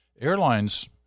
Airlines